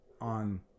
on